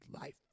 life